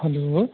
hello